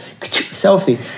Selfie